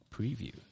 preview